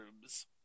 Rooms